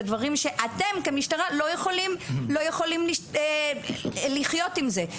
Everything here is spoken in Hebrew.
זה דברים שאתם כמשטרה לא יכולים לחיות עם זה.